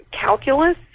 calculus